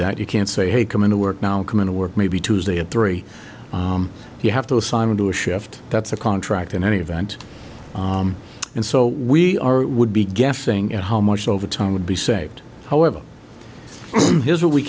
that you can't say hey come into work now come in to work maybe tuesday at three you have to assign it to a shift that's a contract in any event and so we are would be guessing at how much overtime would be saved however here's what we